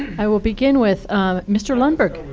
i will begin with mr. lundberg.